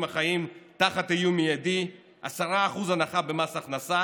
החיים תחת איום מיידי 10% הנחה במס הכנסה